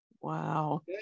Wow